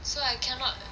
so I cannot